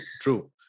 True